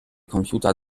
computer